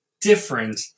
different